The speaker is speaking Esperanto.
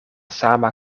sama